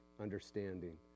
understanding